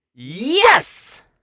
Yes